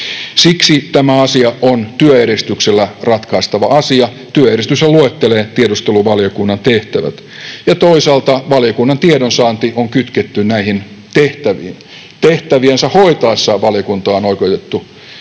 Siksi tämä asia on työjärjestyksellä ratkaistava asia — työjärjestyshän luettelee tiedusteluvaliokunnan tehtävät. Ja toisaalta valiokunnan tiedonsaanti on kytketty näihin tehtäviin. Tehtäviänsä hoitaessaan valiokunta on oikeutettu tähän